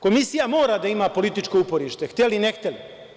Komisija mora da ima političko uporište, hteli, ne hteli.